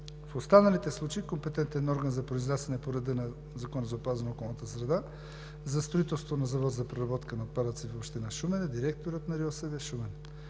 В останалите случаи компетентният орган за произнасяне по реда на Закона за опазване на околната среда за строителство на завод за преработка на отпадъци в община Шумен е директорът на РИОСВ – Шумен.